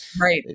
right